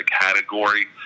category